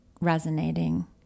resonating